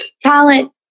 talent